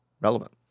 relevant